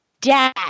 dad